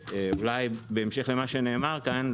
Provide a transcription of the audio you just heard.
ובהמשך למה שנאמר כאן,